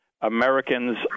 Americans